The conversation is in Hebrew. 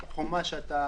החומה שאתה